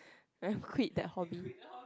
I quit that hobby